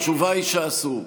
התשובה היא שאסור.